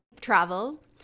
travel